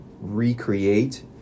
recreate